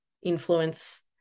influence